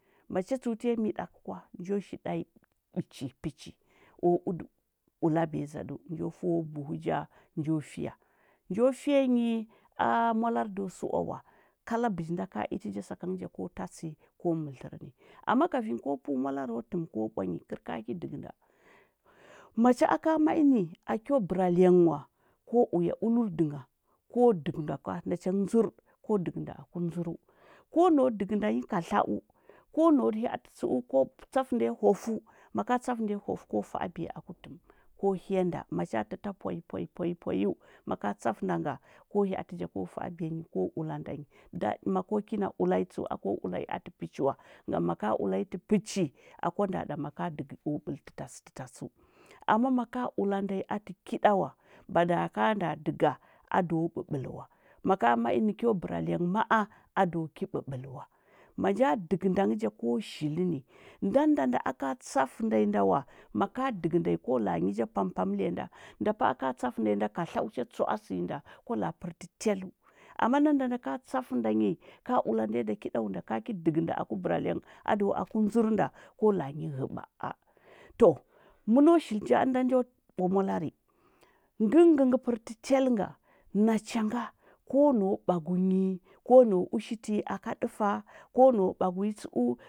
Macha tsəu tayi. idakə kwa, njo ki danyi pəchi o udə ulabuja dzadəu, njo pəu bulni ja njo fiya njo fiya nyi a mwalari do suwa wa kala biki nda ka irəjasakaga ko tatsi ko mərə tlərə ni ama kafin ko pəu mwalario təm ko bwanyi kəl ka ki ɗəgənda, ma cha a ka mai ni akyo ɓəra iyang wa ko uya ulərdu ngha ko ɗəgənda kwa, na changə ndzur, ko ɗəgənda aku ndzuru ko nau ɗəgənɗa nyi katla’u, ko nau hya’ati tsəu ko tsafə ndanyi hwafu maka tsafə nda nyi hwafu ko fa’a biya aku təm, ko injanda, macha təta poi poi poi poi u maka tsatə nda na kə hyaati ja ko fa’aɓiya nyi ko ulanɗa nyi, ɗaɗi mako kina ula nyi ako ula nyi atə pəchi wan gam maka ula nyi atv pəchi, akwa nɗa ɗa maka ɗəgo o bəla tətatsə tətatsəu ama maka wan da nyi ati ki dawva baɗa ka nda daga, a do bəbələ wa maka mai ni kyo bəra iyang ma’a aɗo ki bəbəla wa manja dəgenda nghə ja ko shili ni ndanda nda aka tsafə nda nyi nda wa maka dəgənda nyi ko laa nyi ja pam pam lya nda nda pa’a ka tsafə nda myi da katlalu cha tsu’a sinyi nda ko laa pərtə teleu ama nda nda nda ka tsa fə nda nyi, ka ula nda nyi da kidawa nda, ka ki dəgənda aku bəra iyang adawa aku ndzur nda, ko laa nyi ghəbaa to məno shili ja ənda njo bwa mwalomi ngə ng ngə pərtə telə nga nachaga ko nau bgu nyi ko nau ushi tinyi aka dəta ko nau ushi tinyi aka dəta ko nau bagu nyi tsəu.